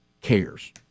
cares